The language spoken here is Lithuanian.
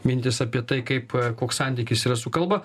mintis apie tai kaip koks santykis yra su kalba